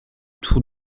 tour